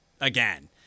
Again